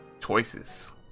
choices